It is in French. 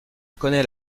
connaît